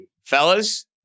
Fellas